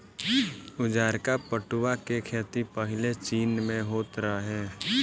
उजारका पटुआ के खेती पाहिले चीन में होत रहे